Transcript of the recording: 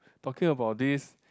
talking about this